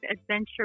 adventure